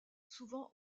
souvent